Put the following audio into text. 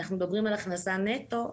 ואנחנו מדברים על הכנסה נטו,